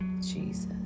Jesus